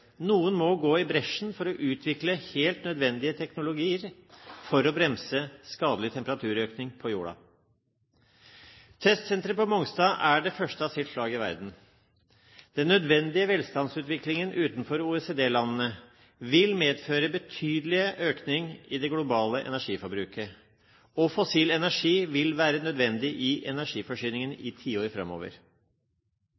Noen må gå i bresjen for å utvikle helt nødvendige teknologier for å bremse skadelig temperaturøkning på jorden. Testsenteret på Mongstad er det første av sitt slag i verden. Den nødvendige velstandsutviklingen utenfor OECD-landene vil medføre betydelig økning i det globale energiforbruket, og fossil energi vil være nødvendig i energiforsyningen